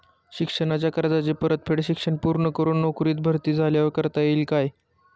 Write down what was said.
शिक्षणाच्या कर्जाची परतफेड शिक्षण पूर्ण करून नोकरीत भरती झाल्यावर करता येईल काय?